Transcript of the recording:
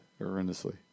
horrendously